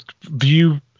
view